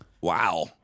Wow